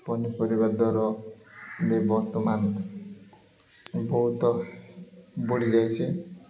ପନିପରିବା ଦର ବି ବର୍ତ୍ତମାନ ବହୁତ ବଢ଼ିଯାଇଛି